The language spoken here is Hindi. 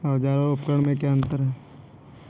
औज़ार और उपकरण में क्या अंतर है?